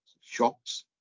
shocks